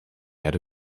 erde